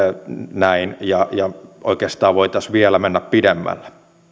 näin ja oikeastaan voitaisiin vielä mennä pidemmälle